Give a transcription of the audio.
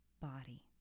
body